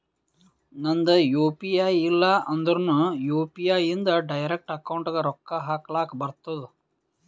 ನಂದ್ U P I ಇಲ್ಲ ಅಂದುರ್ನು ಯು.ಪಿ.ಐ ಇಂದ್ ಡೈರೆಕ್ಟ್ ಅಕೌಂಟ್ಗ್ ರೊಕ್ಕಾ ಹಕ್ಲಕ್ ಬರ್ತುದ್